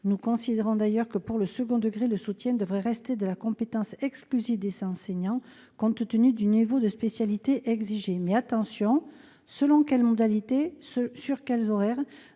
Nous considérons d'ailleurs que, pour le second degré, le soutien devrait rester de la compétence exclusive des enseignants, compte tenu du niveau de spécialité exigé. Mais selon quelles modalités et sur quels horaires ?